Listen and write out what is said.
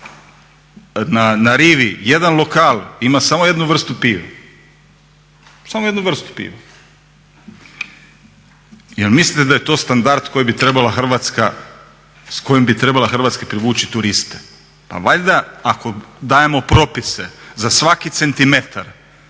na rivi jedan lokal, ima samo jednu vrstu pive. Samo jednu vrstu pive. Jel mislite da je to standard s kojim bi trebala Hrvatska privući turiste? Pa valjda ako dajemo propise za svaki cm